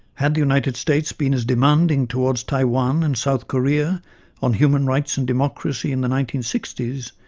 had the united states been as demanding towards taiwan and south korea on human rights and democracy in the nineteen sixty s,